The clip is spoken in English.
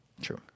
True